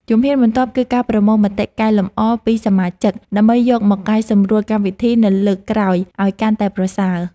ជំហានបន្ទាប់ គឺការប្រមូលមតិកែលម្អពីសមាជិក ដើម្បីយកមកកែសម្រួលកម្មវិធីនៅលើកក្រោយឱ្យកាន់តែប្រសើរ។